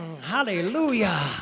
Hallelujah